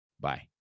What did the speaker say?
Bye